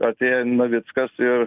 atėjo navickas ir